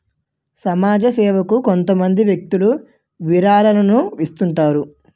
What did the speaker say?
సమాజ సేవకు కొంతమంది వ్యక్తులు విరాళాలను ఇస్తుంటారు